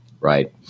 right